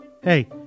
Hey